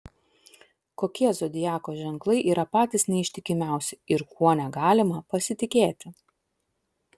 kokie zodiako ženklai yra patys neištikimiausi ir kuo negalima pasitikėti